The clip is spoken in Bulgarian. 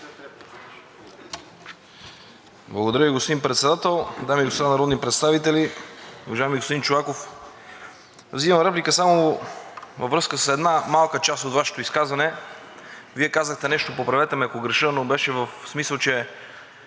Благодаря Ви, господин Председател. Дами и господа народно представители! Уважаеми господин Чолаков, взимам реплика само във връзка с една малка част от Вашето изказване. Вие казахте нещо, поправете ме, ако греша, но беше в смисъл, че